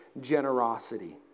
generosity